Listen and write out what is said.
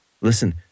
Listen